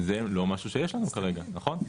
זה לא משהו שיש לנו כרגע, נכון.